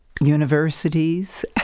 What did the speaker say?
Universities